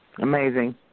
Amazing